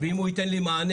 אם הוא ייתן לי מענה.